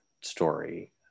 story